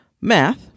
math